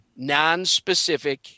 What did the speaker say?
nonspecific